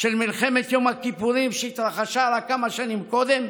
של מלחמת יום הכיפורים, שהתרחשה רק כמה שנים קודם?